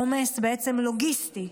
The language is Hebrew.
עומס לוגיסטי.